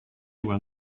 when